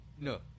No